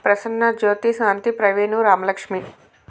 Prasanna Jyothi Shanti Praveen Ramalakshmi